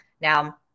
Now